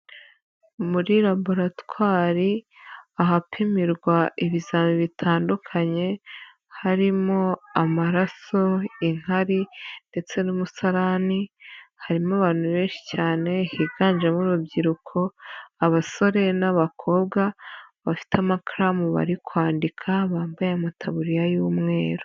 Muri laboratwari ahapimirwa ibizami bitandukanye, harimo amaraso, inkari ndetse n'umusarani, harimo abantu benshi cyane higanjemo urubyiruko, abasore n'abakobwa bafite amakaramu bari kwandika, bambaye amataburiya y'umweru.